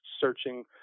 searching